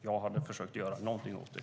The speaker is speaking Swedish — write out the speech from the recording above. Jag hade försökt göra någonting åt det.